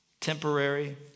Temporary